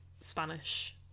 Spanish